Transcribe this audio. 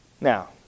Now